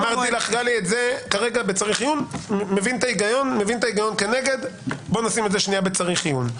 גלי, אמרתי לך שכרגע משאירים את זה ב-"צריך עיון".